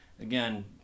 Again